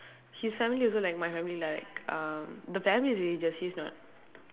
his family also like my family like um the family is religious he's not